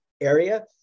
area